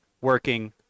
working